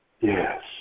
Yes